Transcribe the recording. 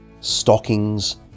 stockings